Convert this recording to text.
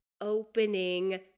opening